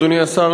אדוני השר,